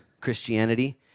Christianity